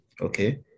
okay